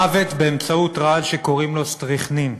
מוות באמצעות רעל שקוראים לו סטריכנין,